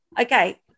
Okay